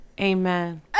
amen